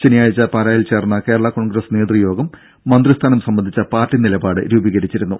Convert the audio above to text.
ശനിയാഴ്ച പാലായിൽ ചേർന്ന കേരള കോൺഗ്രസ് നേതൃയോഗം മന്ത്രിസ്ഥാനം സംബന്ധിച്ച പാർട്ടി നിലപാട് രൂപീകരിച്ചിരുന്നു